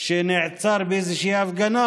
שנעצר באיזושהי הפגנה,